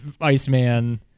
Iceman